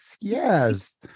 yes